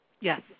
Yes